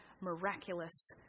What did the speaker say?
miraculous